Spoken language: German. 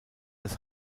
das